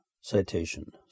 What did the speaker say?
citation